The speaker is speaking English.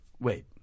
Wait